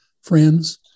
friends